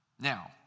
Now